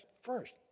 First